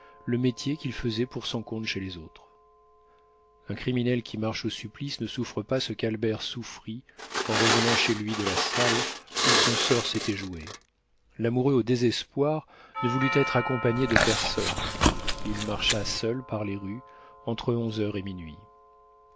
le métier qu'ils faisaient pour son compte chez les autres un criminel qui marche au supplice ne souffre pas ce qu'albert souffrit en revenant chez lui de la salle où son sort s'était joué l'amoureux au désespoir ne voulut être accompagné de personne il marcha seul par les rues entre onze heures et minuit